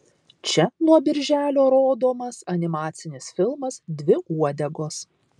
čia nuo birželio rodomas animacinis filmas dvi uodegos